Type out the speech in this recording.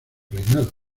reinado